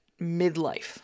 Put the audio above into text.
midlife